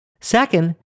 Second